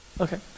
Okay